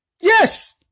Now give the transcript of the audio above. Yes